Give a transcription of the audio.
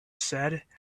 said